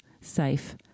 safe